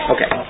Okay